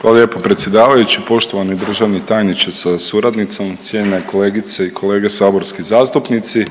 Hvala lijepo predsjedavajući, poštovani državni tajniče sa suradnicom, cijenjene kolegice i kolege saborski zastupnici.